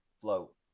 float